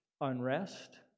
unrest